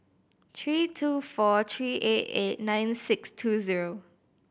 three two four three eight eight nine six two zero